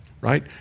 right